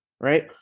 right